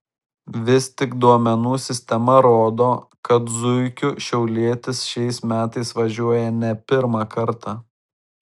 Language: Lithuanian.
vis tik duomenų sistema rodo kad zuikiu šiaulietis šiais metais važiuoja ne pirmą kartą